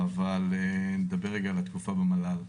אבל אני אדבר על התקופה במל"ל.